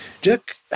Jack